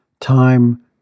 time